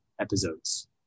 episodes